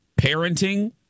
Parenting